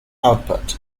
output